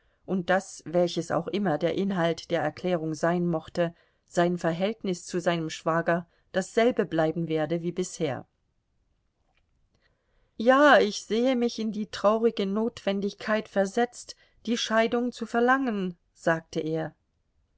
und daß welches auch immer der inhalt der erklärung sein mochte sein verhältnis zu seinem schwager dasselbe bleiben werde wie bisher ja ich sehe mich in die traurige notwendigkeit versetzt die scheidung zu verlangen sagte er